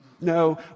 No